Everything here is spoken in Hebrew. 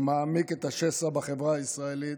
שמעמיק את השסע בחברה הישראלית